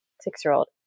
six-year-old